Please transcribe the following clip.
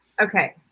okay